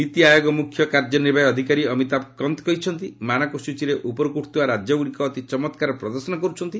ନୀତି ଆୟୋଗ ମୁଖ୍ୟ କାର୍ଯ୍ୟନିର୍ବାହୀ ଅଧିକାରୀ ଅମିତାଭ୍ କନ୍ତ କହିଛନ୍ତି ମାନକ ସୂଚୀରେ ଉପରକୁ ଉଠୁଥିବା ରାଜ୍ୟଗୁଡ଼ିକ ଅତି ଚମତ୍କାର ପ୍ରଦର୍ଶନ କରୁଛନ୍ତି